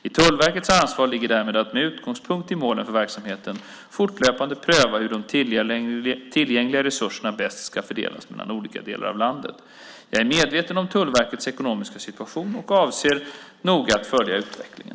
I Tullverkets ansvar ligger därmed att, med utgångspunkt i målen för verksamheten, fortlöpande pröva hur tillgängliga resurser bäst ska fördelas mellan olika delar av landet. Jag är medveten om Tullverkets ekonomiska situation och avser att noga följa utvecklingen.